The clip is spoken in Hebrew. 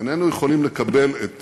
איננו יכולים לקבל את